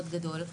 מאוד גדול.